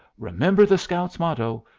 remember the scouts' motto,